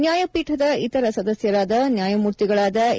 ನ್ಯಾಯಪೀಠದ ಇತರ ಸದಸ್ಯರಾದ ನ್ಯಾಯಮೂರ್ತಿಗಳಾದ ಎ